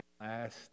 last